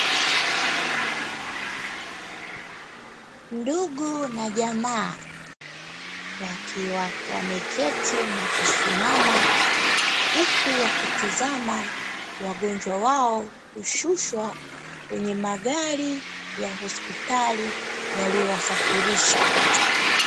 Ndugu na jamaa wakiwa wameketi na kusimama huku wakitizama wagonjwa wao wakishushwa kwenye magari ya hospitari yaliyo wasafirisha.